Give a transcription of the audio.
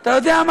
אתה יודע מה,